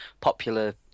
popular